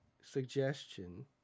suggestion